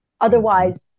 Otherwise